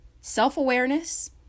Self-awareness